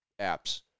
apps